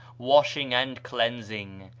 washing and cleansing.